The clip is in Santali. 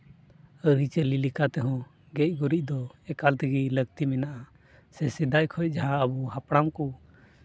ᱟᱹᱨᱤᱪᱟᱹᱞᱤ ᱞᱮᱠᱟ ᱛᱮᱦᱚᱸ ᱜᱮᱡ ᱜᱩᱨᱤᱡ ᱫᱚ ᱮᱠᱟᱞ ᱛᱮᱜᱮ ᱞᱟᱹᱠᱛᱤ ᱢᱮᱱᱟᱜᱼᱟ ᱥᱮ ᱥᱮᱫᱟᱭ ᱠᱷᱚᱱ ᱡᱟᱦᱟᱸ ᱟᱵᱚ ᱦᱟᱯᱲᱟᱢ ᱠᱚ